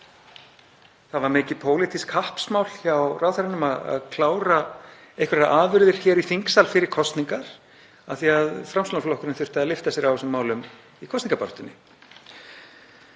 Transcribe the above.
það var mikil pólitísk kappsmál hjá ráðherranum að klára einhverjar afurðir hér í þingsal fyrir kosningar af því að Framsóknarflokkurinn þurfti að lyfta sér á þessum málum í kosningabaráttunni.